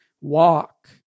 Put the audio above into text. Walk